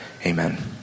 Amen